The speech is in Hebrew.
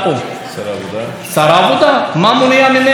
הוא צריך לשבת עם זה,